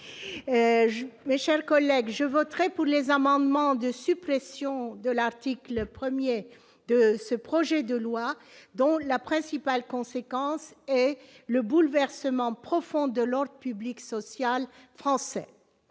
même me manquer ! Je voterai pour les amendements de suppression de l'article 1 de ce projet de loi, article dont la principale conséquence est le bouleversement profond de l'ordre public social français.